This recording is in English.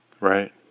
right